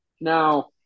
Now